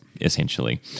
Essentially